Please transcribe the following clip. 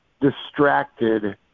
distracted